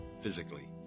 physically